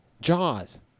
Jaws